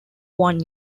one